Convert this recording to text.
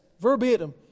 verbatim